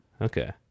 okay